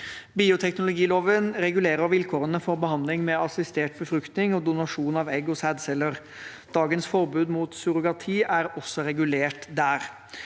Bioteknologiloven regulerer vilkårene for behandling med assistert befruktning og donasjon av egg- og sædceller. Dagens forbud mot surrogati er også regulert der.